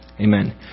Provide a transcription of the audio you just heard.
Amen